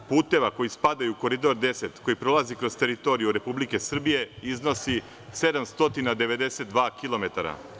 Ukupna dužina puteva koji spadaju u Koridor 10, koji prolazi kroz teritoriju Republike Srbije, iznosi 792 kilometara.